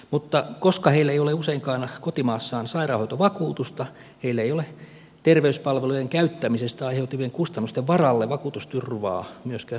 mutta koska heillä ei ole useinkaan kotimaassaan sairaanhoitovakuutusta heillä ei ole terveyspalveluiden käyttämisestä aiheutuvien kustannusten varalle vakuutusturvaa myöskään suomessa